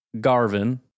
Garvin